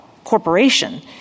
Corporation